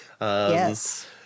yes